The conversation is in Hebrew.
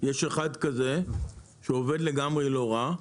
יש אחד כזה שעובד לגמרי לא רע,